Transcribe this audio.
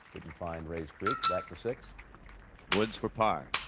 can find raes creek, back to six woods for par.